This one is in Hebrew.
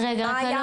מה היה.